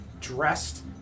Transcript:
dressed